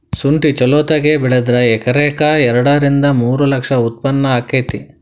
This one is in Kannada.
ಸುಂಠಿ ಚಲೋತಗೆ ಬೆಳದ್ರ ಎಕರೆಕ ಎರಡ ರಿಂದ ಮೂರ ಲಕ್ಷ ಉತ್ಪನ್ನ ಅಕೈತಿ